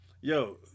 yo